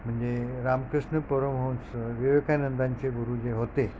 म्ह रामकृष्ण पुरम हो विवेकानंदांचे गुरू जे होते